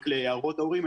רק להערות הורים,